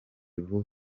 vuba